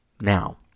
now